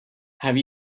have